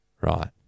right